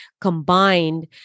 combined